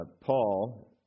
Paul